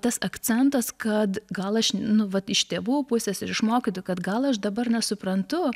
tas akcentas kad gal aš nu vat iš tėvų pusės ir iš mokytojų kad gal aš dabar nesuprantu